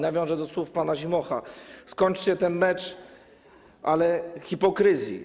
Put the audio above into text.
Nawiążę do słów pana Zimocha: skończcie ten mecz, ale hipokryzji.